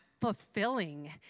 fulfilling